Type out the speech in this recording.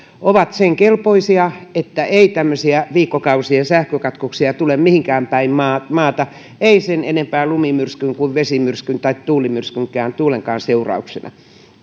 ovat sen kelpoisia että ei tämmöisiä viikkokausien sähkökatkoksia tule mihinkään päin maata maata ei sen enempää lumimyrskyn kuin vesimyrskyn tai tuulenkaan seurauksena